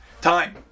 time